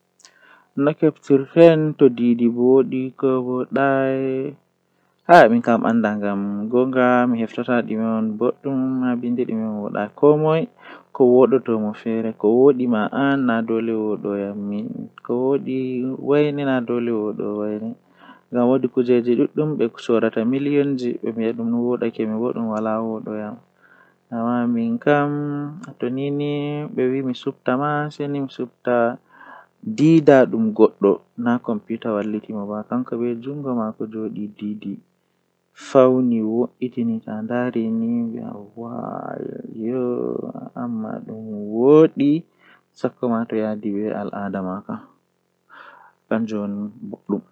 Kala nde weeti fuu mido yara ndiya liita tati kala nde weeti fuu midon yara lita tati so haa asaweere midon yara tati tati nde jweedidi to hawri pat wartan midon yara sappo e jwee sappo e didi sappo e jweetati.